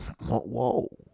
whoa